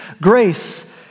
grace